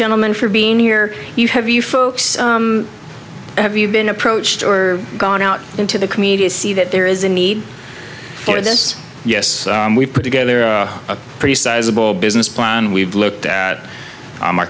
gentlemen for being here you have you folks have you been approached or gone out into the comedia see that there is a need for this yes we put together a pretty sizeable business plan we've looked at